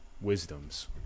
wisdoms